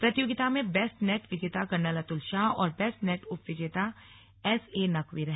प्रतियोगिता में best net विजेता कर्नल अतुल शाह और बेस्ट नेट उप विजेता एसएनकवी रहे